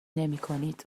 نمیکنید